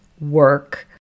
work